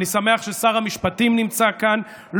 אני שמח ששר המשפטים נמצא כאן,